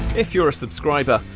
if you're a subscriber,